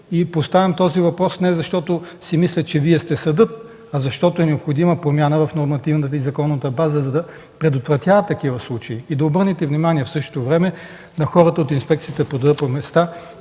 Поставям този въпрос не защото си мисля, че Вие сте съдът, а защото е необходима промяна в нормативната и законовата база, за да предотвратява такива случаи. В същото време, да обърнете внимание на хората от инспекциите по труда по места,